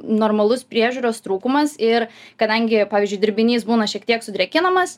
normalus priežiūros trūkumas ir kadangi pavyzdžiui dirbinys būna šiek tiek sudrėkinamas